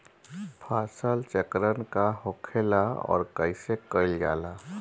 फसल चक्रण का होखेला और कईसे कईल जाला?